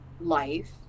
life